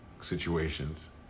situations